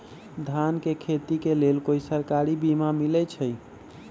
धान के खेती के लेल कोइ सरकारी बीमा मलैछई?